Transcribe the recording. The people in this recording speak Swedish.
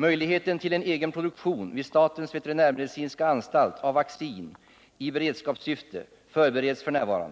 Möjligheten till en egen produktion vid statens veterinärmedicinska anstalt av vaccin i beredskapssyfte förbereds f. n.